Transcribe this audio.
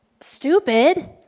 stupid